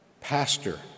pastor